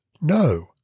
no